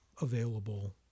available